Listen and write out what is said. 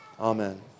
Amen